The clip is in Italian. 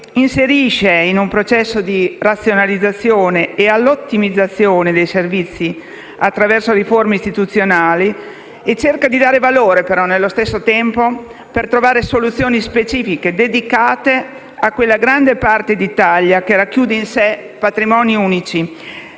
inserisce in un processo di razionalizzazione e ottimizzazione dei servizi attraverso riforme istituzionali e cerca, allo stesso tempo, di dare valore e trovare soluzioni specifiche dedicate a quella grande parte d'Italia che racchiude in sé patrimoni unici.